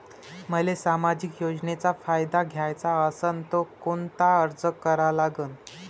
मले सामाजिक योजनेचा फायदा घ्याचा असन त कोनता अर्ज करा लागन?